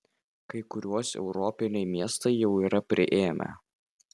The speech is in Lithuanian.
kai kuriuos europiniai miestai jau yra priėmę